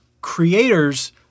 creators